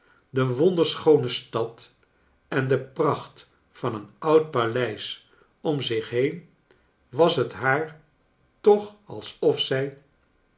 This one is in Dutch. de wonderschoone stad en de pracht van een oud paleis om zich heen was het haar toch alsof zij